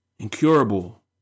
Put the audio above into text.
Incurable